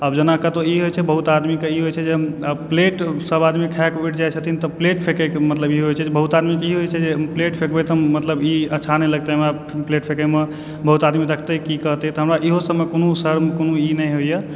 आब जेना कतहुँ ई होइ छै बहुत आदमीके ई होइ छै जे हम प्लेट सब आदमी खाएके उठि जाइ छथिन तऽ प्लेट फेकएके मतलब ई होइ छै जे बहुत आदमीके ई होइ छै जे प्लेट फेकबै तऽ मतलब ई अच्छा नहि लगतै हमरा प्लेट फेकएमे बहुत आदमी देखतै की कहतए तऽ हमरा इहो सबमे कोनो शर्म कोनो ई नहि होइए